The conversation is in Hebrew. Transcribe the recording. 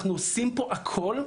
אנחנו עושים פה הכל,